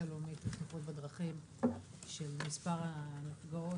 הלאומית לבטיחות בדרכים של מספר הנפגעות,